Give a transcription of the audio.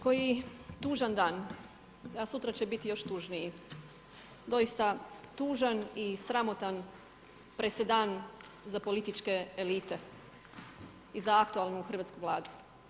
Koji tužan dan, a sutra će biti još tužniji, doista tužni i sramotan presedan za političke elite, i za aktualnu hrvatsku Vladu.